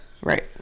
right